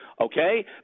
okay